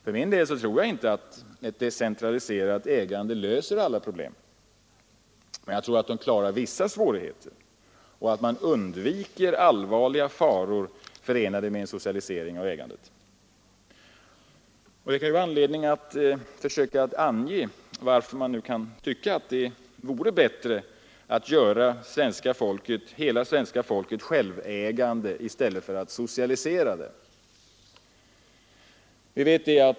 För min del tror jag inte att ett decentraliserat ägande löser alla problem, men jag tror att det klarar vissa svårigheter och att man undviker allvarliga faror förenade med en socialisering av ägandet. Det kan vara anledning för mig att försöka ange varför jag tror att det vore bättre att göra hela svenska folket självägande i stället för att socialisera det.